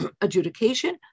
adjudication